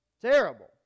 Terrible